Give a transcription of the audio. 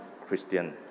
Christian